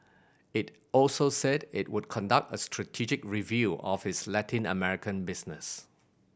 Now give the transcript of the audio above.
it also said it would conduct a strategic review of its Latin American business